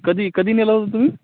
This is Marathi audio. कधी कधी नेलं होतं तुम्ही